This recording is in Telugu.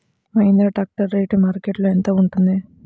మహేంద్ర ట్రాక్టర్ రేటు మార్కెట్లో యెంత ఉంటుంది?